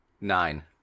Nine